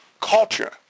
culture